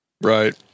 Right